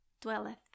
dwelleth